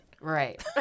Right